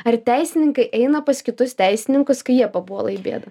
ar teisininkai eina pas kitus teisininkus kai jie papuola į bėdą